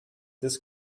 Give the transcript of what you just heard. this